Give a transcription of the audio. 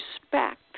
respect